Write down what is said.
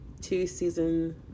two-season